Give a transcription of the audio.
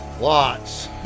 Lots